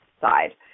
side